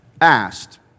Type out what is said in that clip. asked